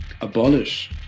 abolish